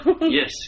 yes